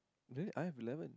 then I have eleven